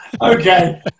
Okay